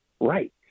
Right